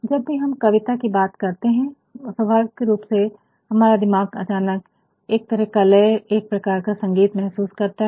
जब भी हम कविता की बात करते है स्वाभाविक रूप से हमारा दिमाग अचानक एक तरह का लय एक प्रकार का संगीत महसूस करता है